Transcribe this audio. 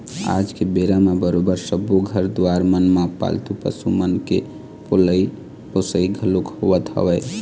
आज के बेरा म बरोबर सब्बो घर दुवार मन म पालतू पशु मन के पलई पोसई घलोक होवत हवय